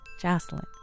Jocelyn